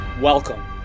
Welcome